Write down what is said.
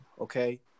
okay